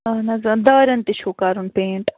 اَہَن حظ آ دارٮ۪ن تہِ چھُو کَرُن پینٛٹ